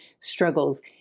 struggles